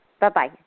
Bye-bye